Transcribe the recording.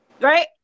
right